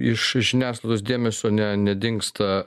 iš žiniasklaidos dėmesio ne nedingsta